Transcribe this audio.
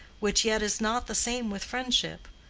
which yet is not the same with friendship,